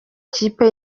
kipe